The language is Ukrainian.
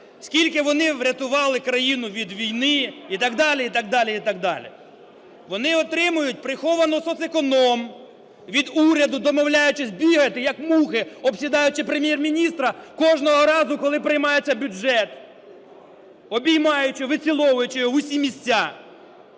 скільки вони врятували країну від війни і так далі, і так далі, і так далі. Вони отримують приховану соцеконом від уряду, домовляючись бігати, як мухи, обсідаючи Прем’єр-міністра кожного разу, коли приймається бюджет, обіймаючи, виціловуючи його в усі місця,